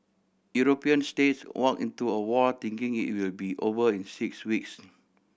European states walked into a war thinking it will be over in six weeks